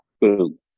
boom